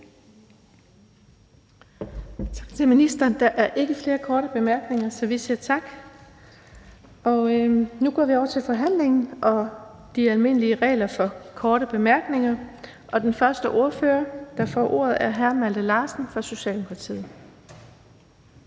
Tak til ministeren. Der er ikke flere korte bemærkninger, så vi siger tak. Nu går vi over til forhandlingen og de almindelige regler for korte bemærkninger. Den første, der får ordet, er ordføreren for forespørgerne, hr. Malte Larsen fra Socialdemokratiet.